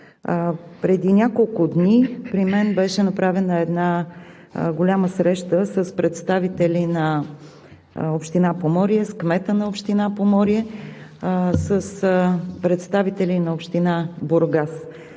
Преди няколко дни при мен беше направена голяма среща с представители на община Поморие, с кмета на община Поморие, с представители на община Бургас.